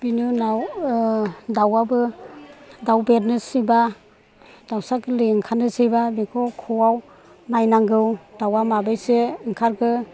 बिनि उनाव दाउआबो दाउ देरनोसैब्ला दाउसा गोरलै ओंखारसैब्ला बेखौ ख'आव नायनांगौ दाउ आ माबेसे ओंखारखो